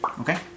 Okay